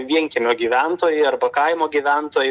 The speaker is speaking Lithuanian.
vienkiemio gyventojai arba kaimo gyventojai